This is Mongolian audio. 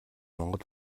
монгол